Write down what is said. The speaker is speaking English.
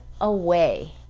away